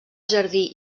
jardí